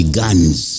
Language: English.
guns